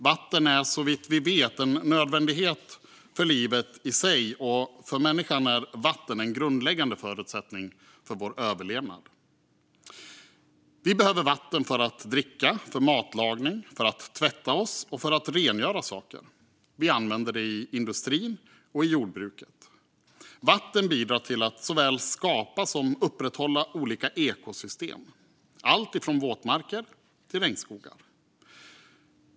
Vatten är såvitt vi vet en nödvändighet för livet i sig, och för människan är vatten en grundläggande förutsättning för vår överlevnad. Vi behöver vatten för att dricka, för att laga mat, för att tvätta oss och för att rengöra saker. Vi använder vatten i industrin och i jordbruket. Vatten bidrar till att såväl skapa som upprätthålla olika ekosystem, alltifrån våtmarker till regnskogar.